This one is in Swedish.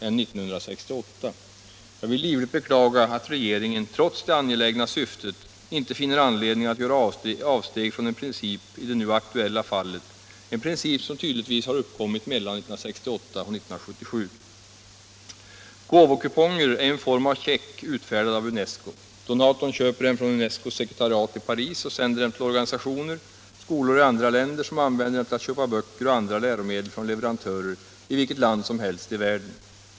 Jag beklagar livligt att regeringen, trots det angelägna syftet, inte finner anledning att göra avsteg från en princip i det nu aktuella fallet, en princip som tydligen har tillkommit mellan 1968 och 1977. Gåvokuponger är en form av check som utfärdas av UNESCO. Donatorn köper dem från UNESCO:s sekretariat i Paris och sänder dem till organisationer och skolor i olika länder, som använder dem till att köpa böcker och andra läromedel från leverantörer i vilket land som helst i världen.